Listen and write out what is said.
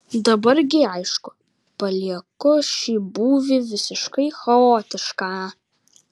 dabar gi aišku palieku šį būvį visiškai chaotišką